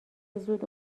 زود